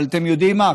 אבל אתם יודעים מה?